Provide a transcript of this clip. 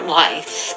life